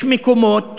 יש מקומות